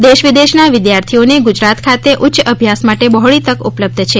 દેશ વિદેશના વિદ્યાર્થીઓને ગુજરાત ખાતે ઉચ્ચ અભ્યાસ માટે બહોળી તક ઉપલબ્ધ છે